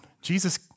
Jesus